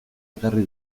ekarri